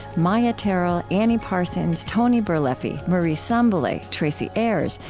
maia tarrell, annie parsons, tony birleffi, marie sambilay, tracy ayers,